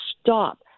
stop